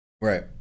Right